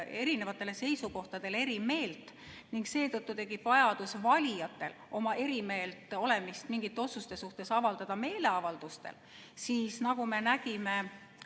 erinevatele seisukohtadele, olema eri meelt ning seetõttu tekib valijatel vajadus oma eri meelt olemist mingite otsuste suhtes avaldada meeleavaldustel, siis nagu me nägime